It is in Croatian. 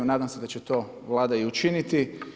Nadam se da će to Vlada i učiniti.